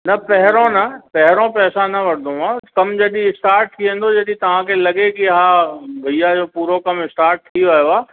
न पहिरों न पहिरों पैसा न वठंदोमांव कमु जॾहिं स्टार्ट थी वेंदो जॾहिं तव्हांखे लॻे की हा भईया जो पूरो कमु स्टार्ट थी वियो आहे